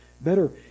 better